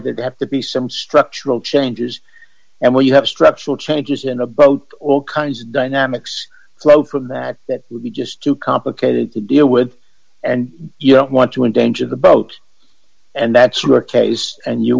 more that have to be some structural changes and where you have structural changes in a boat all kinds of dynamics welcome that that would be just too complicated to deal with and you don't want to endanger the boat and that's where case and you